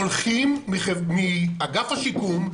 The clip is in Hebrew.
הולכים מאגף השיקום,